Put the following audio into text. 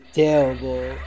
terrible